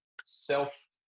self